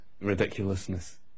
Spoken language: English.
ridiculousness